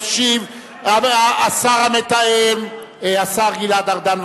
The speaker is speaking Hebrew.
ישיב השר המתאם, השר גלעד ארדן.